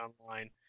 online